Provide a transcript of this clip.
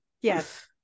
yes